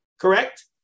correct